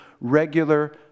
regular